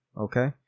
okay